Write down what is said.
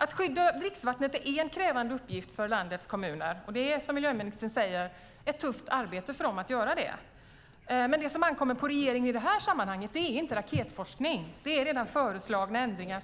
Att skydda dricksvattnet är en krävande uppgift för landets kommuner. Det är, som miljöministern säger, ett tufft arbete för dem att göra det. Men det som ankommer på regeringen i detta sammanhang är inte raketforskning. Det finns redan föreslagna ändringar.